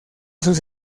sus